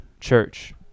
church